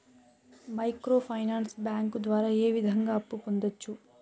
micro finance bank ద్వారా ఏ విధంగా అప్పు పొందొచ్చు